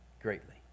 Greatly